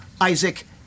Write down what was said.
Isaac